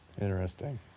Interesting